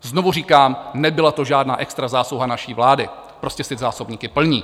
Znovu říkám, nebyla to žádná extra zásluha naší vlády, prostě si zásobníky plní.